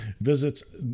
visits